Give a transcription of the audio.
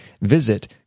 visit